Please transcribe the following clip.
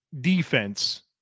defense